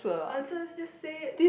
answer just say it